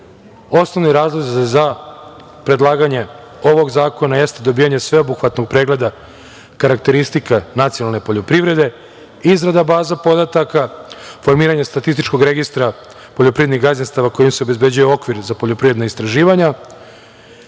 Osnovni razlozi za predlaganje ovog zakona jesu dobijanje sveobuhvatnog pregleda karakteristika nacionalne poljoprivrede, izrada baza podataka, formiranje statističkog registra poljoprivrednih gazdinstava kojima se obezbeđuje okvir za poljoprivredna istraživanja